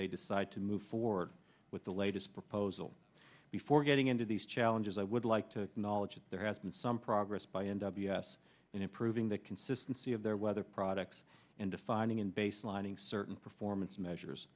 they decide to move forward with the latest proposal before getting into these challenges i would like to knowledge that there has been some progress by n w s in improving the consistency of their weather products and defining in baselining certain performance measures